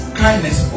kindness